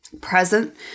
Present